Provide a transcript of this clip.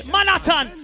Manhattan